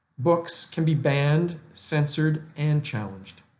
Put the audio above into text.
books can be banned, censored, and challenged.